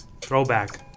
throwback